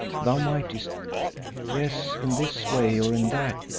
thou mightest yes, in this way or in that,